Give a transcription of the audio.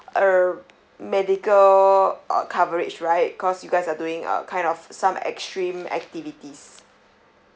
err medical uh coverage right cause you guys are doing uh kind of some extreme activities